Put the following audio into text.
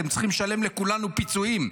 אתם צריכים לשלם לכולנו פיצויים.